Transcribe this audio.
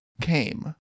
came